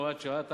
הוראת שעה),